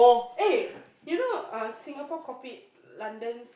eh you know uh Singapore copied London's